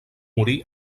morí